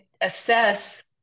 assess